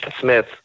Smith